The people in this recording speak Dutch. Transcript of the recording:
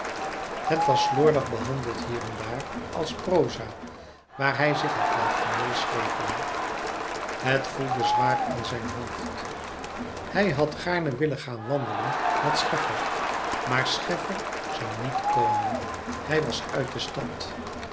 het was slordig behandeld hier en daar als proza waar hij zich had laten meeslepen het voelde zwaar in zijn hoofd hij had gaarne willen gaan wandelen met scheffer maar scheffer zoû niet komen hij was uit de stad